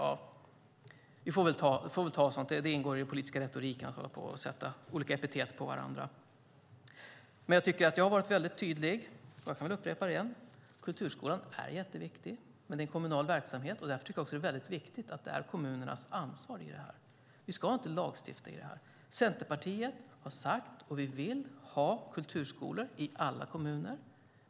Det får vi väl ta. Det ingår i den politiska retoriken att hålla på och sätta olika epitet på varandra. Jag tycker att jag har varit väldigt tydlig, och jag kan upprepa det: Kulturskolan är jätteviktig, men det är en kommunal verksamhet, och därför tycker jag också att det är väldigt viktigt att det är kommunernas ansvar. Vi ska inte lagstifta om det här. Centerpartiet vill ha kulturskolor i alla kommuner. Det har vi också sagt.